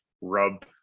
rub